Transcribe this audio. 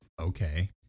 Okay